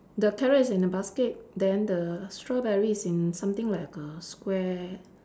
the carrot is in the basket then the strawberry is in something like a square